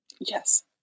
Yes